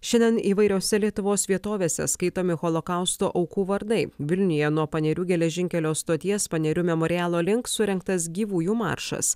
šiandien įvairiose lietuvos vietovėse skaitomi holokausto aukų vardai vilniuje nuo panerių geležinkelio stoties panerių memorialo link surengtas gyvųjų maršas